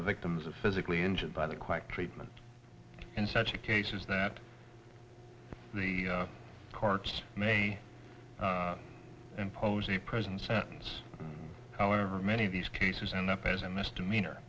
the victims of physically injured by the quick treatment in such a case is that the courts may impose a prison sentence however many of these cases end up as a misdemeanor